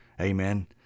Amen